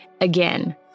Again